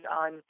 on